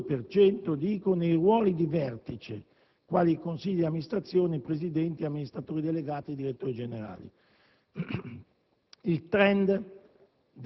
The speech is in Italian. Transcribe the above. - nei ruoli di vertice, quali consigli di amministrazione, presidenti, amministratori delegati, direttori generali. Il *trend*